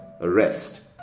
arrest